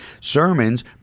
Sermons